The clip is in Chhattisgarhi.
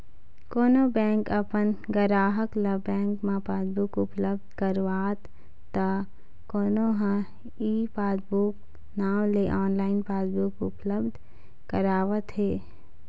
कोनो बेंक अपन गराहक ल बेंक म पासबुक उपलब्ध करावत त कोनो ह ई पासबूक नांव ले ऑनलाइन पासबुक उपलब्ध करावत हे